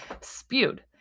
spewed